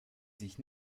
sich